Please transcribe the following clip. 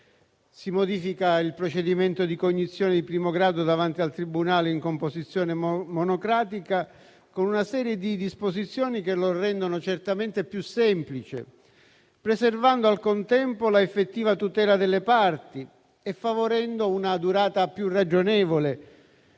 Si modifica il procedimento di cognizione di primo grado davanti al tribunale in composizione monocratica con una serie di disposizioni che lo rendono certamente più semplice, preservando al contempo l'effettiva tutela delle parti e favorendo una durata più ragionevole.